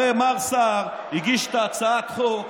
מר סער הגיש הצעת חוק,